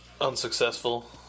Unsuccessful